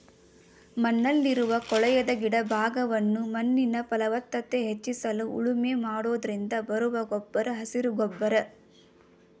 ಮಣ್ಣಲ್ಲಿರುವ ಕೊಳೆಯದ ಗಿಡ ಭಾಗವನ್ನು ಮಣ್ಣಿನ ಫಲವತ್ತತೆ ಹೆಚ್ಚಿಸಲು ಉಳುಮೆ ಮಾಡೋದ್ರಿಂದ ಬರುವ ಗೊಬ್ಬರ ಹಸಿರು ಗೊಬ್ಬರ